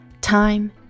time